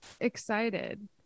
excited